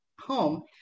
home